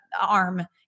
arm